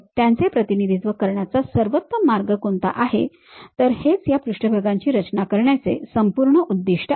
त्याचे प्रतिनिधित्व करण्याचा सर्वोत्तम मार्ग कोणता आहे तर हेच या पृष्ठभागाची रचना करण्याचे संपूर्ण उद्दिष्ट आहे